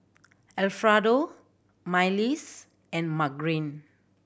Alfredo Myles and Margene